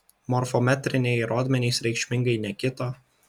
morfometriniai rodmenys reikšmingai nekito